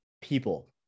People